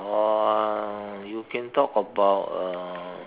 or you can talk about uh